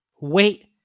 Wait